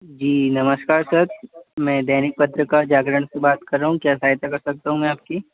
जी नमस्कार सर मैं दैनिक पत्रकार जागरण से बात कर रहा हूँ क्या सहायता कर सकता हूँ मैं आपकी